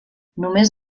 només